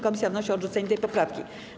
Komisja wnosi o odrzucenie tej poprawki.